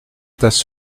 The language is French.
tasse